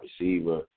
receiver